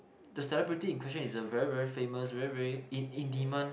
the celebrity in question was a very very famous very very in in demand